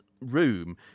room